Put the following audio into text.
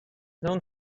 known